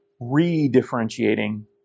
re-differentiating